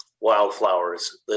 wildflowers